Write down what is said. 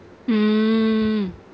mm